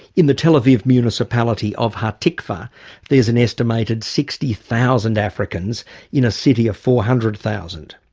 in the tel aviv municipality of hatikva there's an estimated sixty thousand africans in a city of four hundred thousand.